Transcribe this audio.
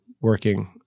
working